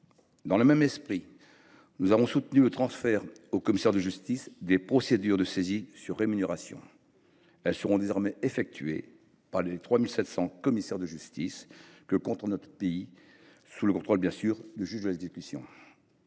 Dans le même esprit, nous avons soutenu le transfert aux commissaires de justice des procédures de saisie des rémunérations. Elles seront désormais effectuées par les 3 700 commissaires de justice que compte notre pays, sous le contrôle, bien sûr, du juge de l’exécution.